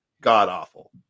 god-awful